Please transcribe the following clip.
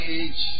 age